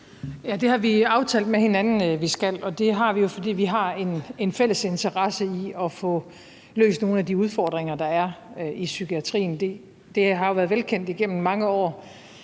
Det har vi aftalt med hinanden at vi skal, og det har vi jo, fordi vi har en fælles interesse i at få løst nogle af de udfordringer, der er i psykiatrien. Det har jo været velkendt igennem mange år,